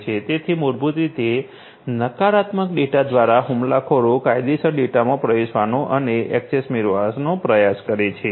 તેથી મૂળભૂત રીતે નકારાત્મક ડેટા દ્વારા હુમલાખોર કાયદેસર ડેટામાં પ્રવેશવાનો અને ઍક્સેસ મેળવવાનો પ્રયાસ કરે છે